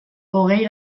hogei